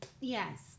Yes